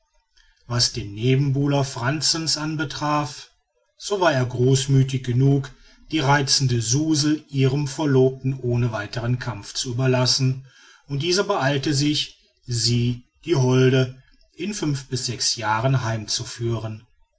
was den nebenbuhler frantzens anbetraf so war er großmüthig genug die reizende suzel ihrem verlobten ohne weiteren kampf zu überlassen und dieser beeilte sich sie die holde in fünf bis sechs jahren heimzuführen